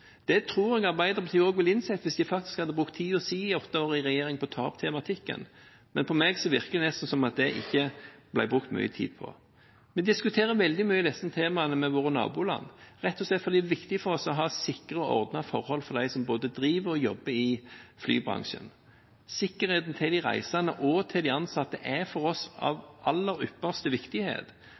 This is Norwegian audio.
Det tror jeg Arbeiderpartiet også ville ha innsett, hvis de hadde brukt tiden sin i åtte år i regjering på å ta opp den tematikken. For meg virker det nesten som om det ikke ble brukt mye tid på. Vi diskuterer disse temaene veldig mye med våre naboland, rett og slett fordi det er viktig for oss å ha sikre og ordnede forhold, både for dem som driver, og for dem som jobber, i flybransjen. Sikkerheten til de reisende og til de ansatte er for oss av aller ytterste viktighet,